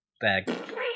bag